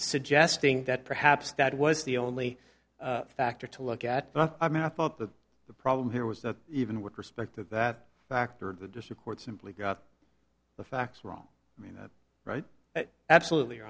suggesting that perhaps that was the only factor to look at not a map up of the problem here was that even with respect to that factor the district court simply got the facts wrong i mean right absolutely